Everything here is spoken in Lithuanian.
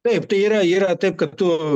taip tai yra yra taip kaip tu